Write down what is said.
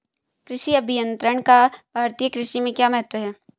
कृषि अभियंत्रण का भारतीय कृषि में क्या महत्व है?